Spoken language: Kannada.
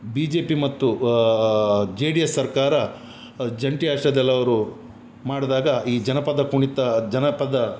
ಬಿ ಜೆ ಪಿ ಮತ್ತು ಜೆ ಡಿ ಎಸ್ ಸರ್ಕಾರ ಜಂಟಿ ಆಶ್ರಯದಲ್ಲಿ ಅವರು ಮಾಡಿದಾಗ ಈ ಜನಪದ ಕುಣಿತ ಜನಪದ